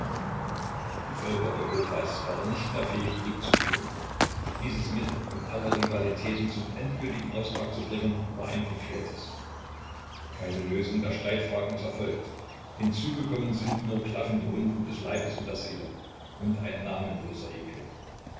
die völker europas waren nicht mehr fähig krieg zu führen dieses mittel um alle rivalitäten zum endgültigen austrag zu bringen war ein verfehltes keine lösung der streitfragen ist erfolgt hinzugekommen sind nur klaffende wunden des leibes und der seele und ein namenloser ekel